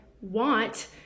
want